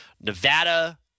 Nevada